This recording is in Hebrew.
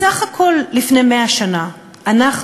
בסך הכול לפני 100 שנה אנחנו,